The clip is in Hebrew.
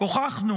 הוכחנו